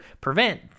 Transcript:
prevent